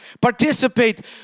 participate